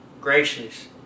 gracious